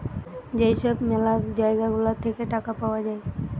যেই সব ম্যালা জায়গা গুলা থাকে টাকা পাওয়া যায়